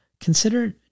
consider